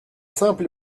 simple